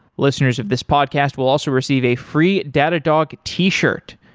listeners of this podcast will also receive a free datadog t-shirt.